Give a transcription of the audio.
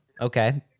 Okay